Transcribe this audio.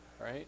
right